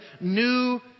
new